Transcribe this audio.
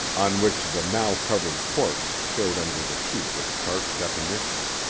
on which the now covered corpse showed under the sheet with sharp definition.